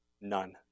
none